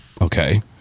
Okay